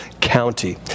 County